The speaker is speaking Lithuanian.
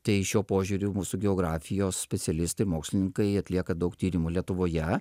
tai šiuo požiūriu mūsų geografijos specialistai mokslininkai atlieka daug tyrimų lietuvoje